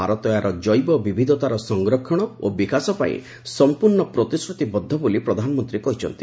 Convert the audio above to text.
ଭାରତ ଏହାର ଜୈବ ବିବିଧତାର ସଂରକ୍ଷଣ ଓ ବିକାଶ ପାଇଁ ସଂପୂର୍ଣ୍ଣ ପ୍ରତିଶ୍ରୁତିବଦ୍ଧ ବୋଲି ପ୍ରଧାନମନ୍ତ୍ରୀ କହିଛନ୍ତି